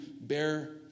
bear